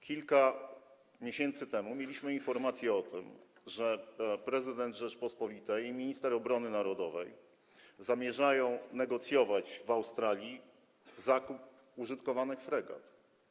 Kilka miesięcy temu mieliśmy informację o tym, że prezydent Rzeczypospolitej i minister obrony narodowej zamierzają negocjować w Australii zakup użytkowanych fregat.